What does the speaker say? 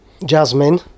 jasmine